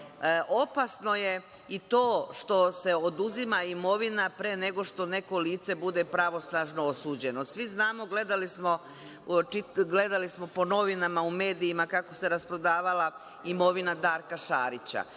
dajete. Opasno je i to što se oduzima imovina pre nego što neko lice bude pravosnažno osuđeno. Svi znamo, gledali smo po novinama, u medijima kako se rasprodavala imovina Darka Šarića.